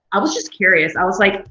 i was just curious, i was like,